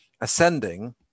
ascending